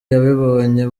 yabibonye